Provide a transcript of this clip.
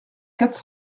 quatre